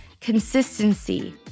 consistency